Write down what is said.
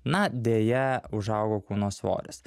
na deja užaugo kūno svoris